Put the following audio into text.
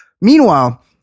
Meanwhile